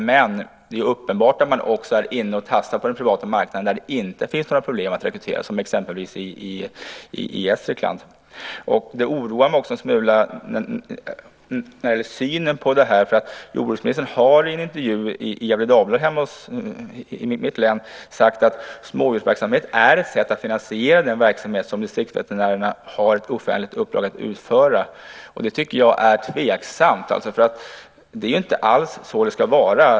Men det är uppenbart att man är inne och tassar också på den privata marknaden där det inte finns några problem att rekrytera, exempelvis i Gästrikland. Synen på det här oroar mig en smula. Jordbruksministern har i en intervju i Gävle Dagblad i mitt hemlän sagt att smådjursverksamhet är ett sätt att finansiera den verksamhet som distriktsveterinärerna har ett offentligt uppdrag att utföra. Det tycker jag är tveksamt. Det är inte alls så det ska vara.